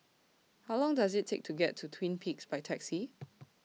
How Long Does IT Take to get to Twin Peaks By Taxi